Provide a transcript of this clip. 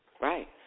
Right